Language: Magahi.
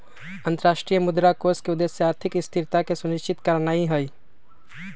अंतरराष्ट्रीय मुद्रा कोष के उद्देश्य आर्थिक स्थिरता के सुनिश्चित करनाइ हइ